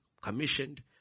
commissioned